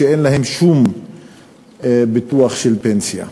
אין להם שום ביטוח של פנסיה.